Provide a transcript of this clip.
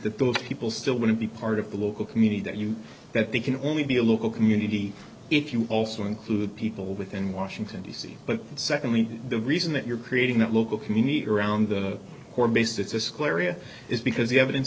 that those people still want to be part of the local community that you that they can only be a local community if you also include people within washington d c but secondly the reason that you're creating that local community around the base it's clarion is because the evidence